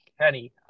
Kenny